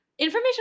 information